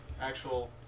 actual